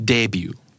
Debut